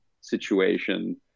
situation